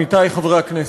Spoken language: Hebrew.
עמיתי חברי הכנסת,